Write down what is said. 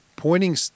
pointing